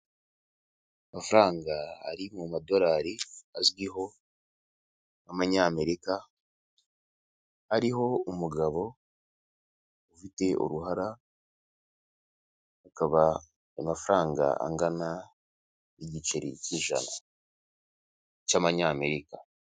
Amafaranga ari mu madorari azwiho nk'Amanyamerika ariho umugabo ufite uruhara, akaba amafaranga angana n'igiceri cy'ijana cy'Amanyamerika.